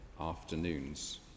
afternoons